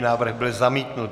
Návrh byl zamítnut.